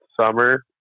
summer